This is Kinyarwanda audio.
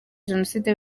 jenoside